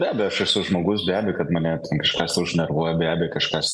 be abejo aš esu žmogus be abejo kad mane kažkas užnervuoja be abejo kažkas